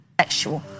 Sexual